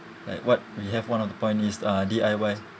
like what we have one of the point is uh D_I_Y